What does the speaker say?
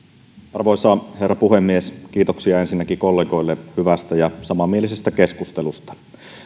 arvoisa herra puhemies kiitoksia ensinnäkin kollegoille hyvästä ja samanmielisestä keskustelusta